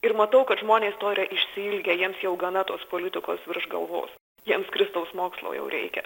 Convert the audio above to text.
ir matau kad žmonės to yra išsiilgę jiems jau gana tos politikos virš galvos jiems kristaus mokslo jau reikia